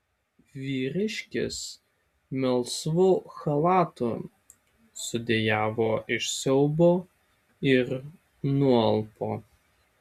vyriškis melsvu chalatu sudejavo iš siaubo ir nualpo